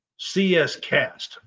CSCAST